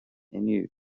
inniu